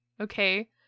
Okay